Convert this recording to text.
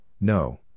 no